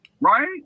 right